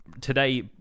today